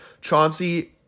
Chauncey